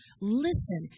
listen